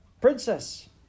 princess